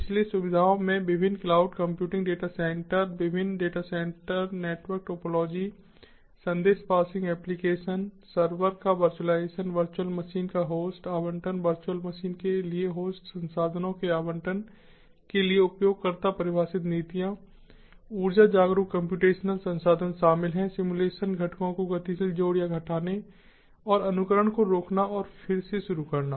इसलिए सुविधाओं में विभिन्न क्लाउड कंप्यूटिंग डेटा सेंटर विभिन्न डेटा सेंटर नेटवर्क टोपोलॉजी संदेश पासिंग एप्लिकेशन सर्वर का वर्चुअलाइजेशन वर्चुअल मशीन का होस्ट आवंटन वर्चुअल मशीन के लिए होस्ट संसाधनों के आवंटन के लिए उपयोगकर्ता परिभाषित नीतियां ऊर्जा जागरूक कम्प्यूटेशनल संसाधन शामिल हैं सिम्युलेशन घटकों को गतिशील जोड़ या हटाने और अनुकरण को रोकना और फिर से शुरू करना